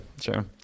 sure